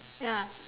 ya